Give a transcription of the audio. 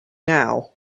now